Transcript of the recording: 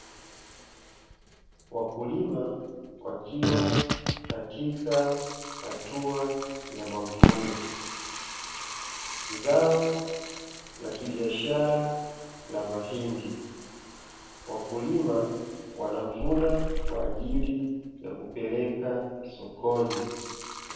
Wakulima wakiwa katika hatua ya mavuno, zao la kibiashara la mahindi, wakulima wanavuna kwa ajili ya kupeleka sokoni.